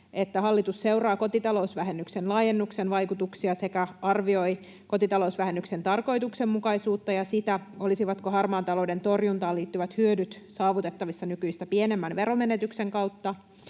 että hallitus seuraa kotitalousvähennyksen laajennuksen vaikutuksia sekä arvioi kotitalousvähennyksen tarkoituksenmukaisuutta ja sitä, olisivatko harmaan talouden torjuntaan liittyvät hyödyt saavutettavissa nykyistä pienemmän veromenetyksen kautta.